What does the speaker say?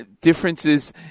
differences